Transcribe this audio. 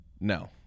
No